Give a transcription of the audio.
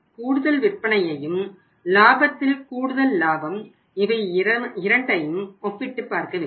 கூடுதல் விற்பனையையும் லாபத்தில் கூடுதல் லாபம் இவை இரண்டையும் ஒப்பிட்டுப் பார்க்க வேண்டும்